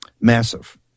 massive